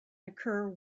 occur